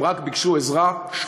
ב-31 בינואר,